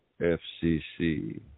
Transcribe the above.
FCC